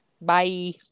Bye